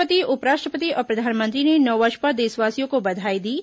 राष्ट्रपति उपराष्ट्रपति और प्रधानमंत्री ने नववर्ष पर देशवासियों को बधाई दी है